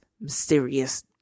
mysterious